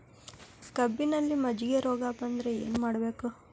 ಕಬ್ಬಿನಲ್ಲಿ ಮಜ್ಜಿಗೆ ರೋಗ ಬಂದರೆ ಏನು ಮಾಡಬೇಕು?